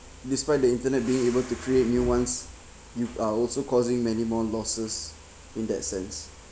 despite the internet being able to create new ones you are also causing many more losses in that sense